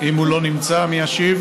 אם הוא לא נמצא, מי ישיב?